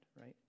right